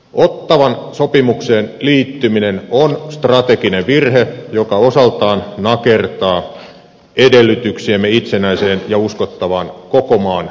ottawan sopimukseen liittyminen on strateginen virhe joka osaltaan nakertaa edellytyksiämme itsenäiseen ja uskottavaan koko maan puolustukseen